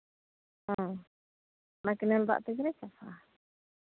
ᱦᱮᱸ ᱚᱱᱟ ᱠᱮᱱᱮᱞ ᱫᱟᱜ ᱛᱮᱜᱮᱞᱮ ᱪᱟᱥᱟ